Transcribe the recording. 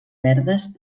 verdes